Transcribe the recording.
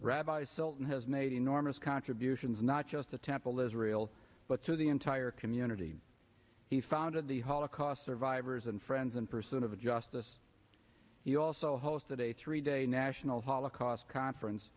rabbi sultan has made enormous contributions not just the temple israel but to the entire community he founded the holocaust survivors and friends in pursuit of a justice he also hosted a three day national holocaust conference